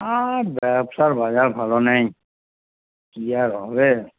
আর ব্যবসার বাজার ভালো নেই কি আর হবে